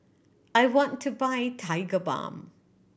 I want to buy Tigerbalm